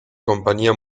compañía